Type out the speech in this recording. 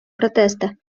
протеста